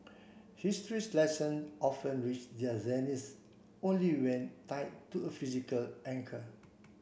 history's lesson often reach their zenith only when tied to a physical anchor